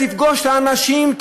תפגוש אנשים,